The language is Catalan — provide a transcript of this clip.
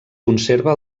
conserva